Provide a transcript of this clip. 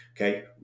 Okay